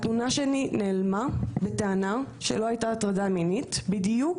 התלונה שלי נעלמה בטענה שלא הייתה הטרדה מינית בדיוק